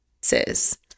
says